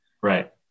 right